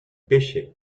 pêchaient